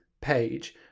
page